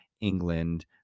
England